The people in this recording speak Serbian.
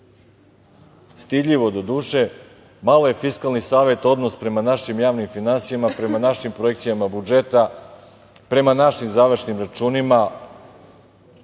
Stidljivo, doduše. Malo je Fiskalni savet odnos prema našim javnim finansijama, prema našim projekcijama budžeta, prema našim završnim računima